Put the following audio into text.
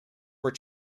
were